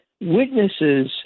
witnesses